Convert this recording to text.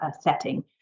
setting